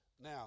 Now